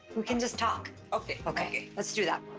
we can just talk. okay. okay. let's do that.